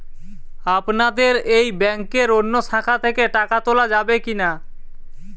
আপনাদের এই ব্যাংকের অন্য শাখা থেকে টাকা তোলা যাবে কি না?